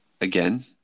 again